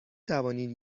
توانید